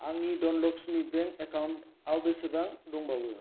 आंनि धनलक्समि बेंक एकाउन्टाव बेसेबां दंबावो